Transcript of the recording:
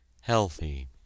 HEALTHY